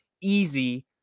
easy